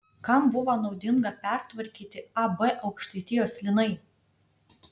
kam buvo naudinga pertvarkyti ab aukštaitijos linai